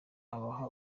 abaha